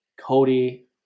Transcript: Cody